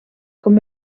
com